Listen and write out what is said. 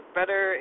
better